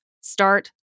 start